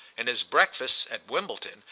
and his breakfasts, at wimbledon,